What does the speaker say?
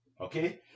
okay